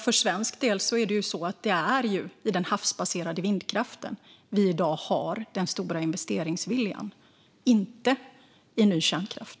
För svensk del är det i den havsbaserade vindkraften som vi i dag har den stora investeringsviljan, inte i ny kärnkraft.